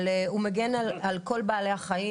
אבל הוא מגן על כל בעלי החיים,